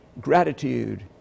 Gratitude